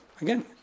Again